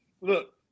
look